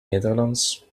nederlands